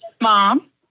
Mom